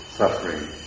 suffering